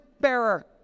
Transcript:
bearer